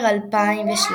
ומונדיאל 1986,